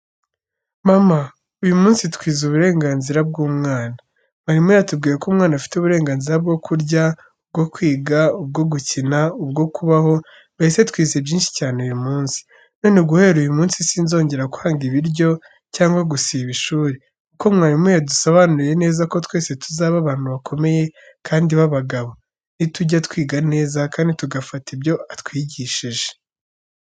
Mama! Uyu munsi twize uburenganzira bw’umwana. Mwarimu yatubwiye ko umwana afite uburenganzira bwo kurya, ubwo kwiga, ubwo gukina, ubwo kubaho, mbese twize byinshi cyane uyu munsi. None guhera uyu munsi sinzongera kwanga ibiryo cyangwa gusiba ishuri, kuko mwarimu yadusobanuriye neza ko twese tuzaba abantu bakomeye kandi b’abagabo, nitujya twiga neza kandi tugafata ibyo atwigisha.